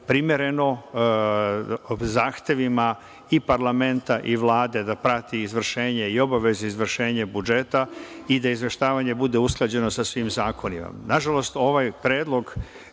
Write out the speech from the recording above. primereno zahtevima i parlamenta i Vlade da prati izvršenje i obaveze izvršenja budžeta i da izveštavanje bude usklađeno sa svim zakonima. Nažalost,